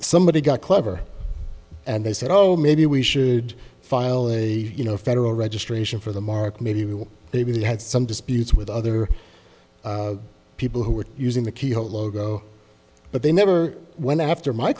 somebody got clever and they said oh maybe we should file a you know federal registration for the mark maybe maybe they had some disputes with other people who were using the keyhole but they never went after my